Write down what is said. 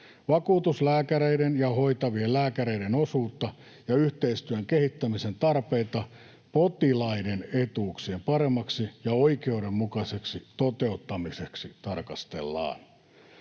Vakuutuslääkäreiden ja hoitavien lääkäreiden osuutta ja yhteistyön kehittämisen tarpeita potilaiden etuuksien paremmaksi ja oikeudenmukaiseksi toteuttamiseksi tarkastellaan.